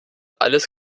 alles